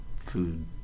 food